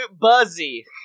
buzzy